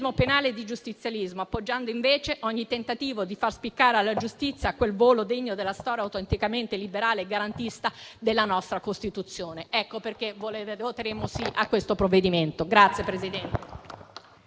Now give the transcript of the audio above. penale e di giustizialismo, appoggiando invece ogni tentativo di far spiccare alla giustizia quel volo degno della storia autenticamente liberale e garantista della nostra Costituzione. Ecco perché voteremo sì a questo provvedimento.